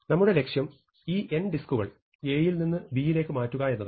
നമ്മുടെ ലക്ഷ്യം ഈ n ഡിസ്കുകൾ A യിൽ നിന്നും B ലേക്ക് മാറ്റുക എന്നതാണ്